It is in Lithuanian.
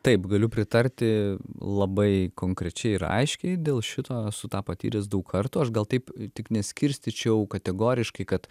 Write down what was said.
taip galiu pritarti labai konkrečiai ir aiškiai dėl šito esu ta patyręs daug kartų aš gal taip tik neskirstyčiau kategoriškai kad